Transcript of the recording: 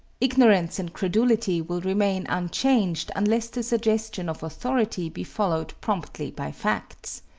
ignorance and credulity will remain unchanged unless the suggestion of authority be followed promptly by facts.